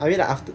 I mean like after